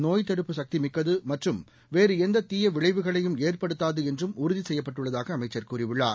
நோய் தடுப்பு சக்திமிக்கது மற்றும் வேறு எந்த தீய விளைவுகளையும் ஏற்படுத்தாது என்றும் உறுதி செய்யப்பட்டுள்ளதாக அமைச்சர் கூறியுள்ளார்